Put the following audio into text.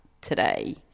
today